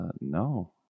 No